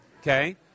okay